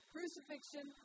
Crucifixion